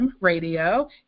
radio